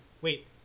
Wait